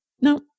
no